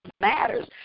matters